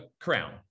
crown